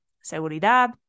seguridad